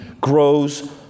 grows